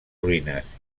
ruïnes